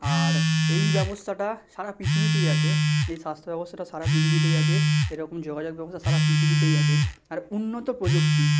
আর এই ব্যবস্থাটা সারা পৃথিবীতেই আছে এই স্বাস্থ্য ব্যবস্থাটা সারা পৃথিবীতেই আছে এরকম যোগাযোগ ব্যবস্থা সারা পৃথিবীতেই আছে আর উন্নত প্রযুক্তি